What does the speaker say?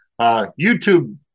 YouTube